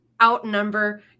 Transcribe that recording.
outnumber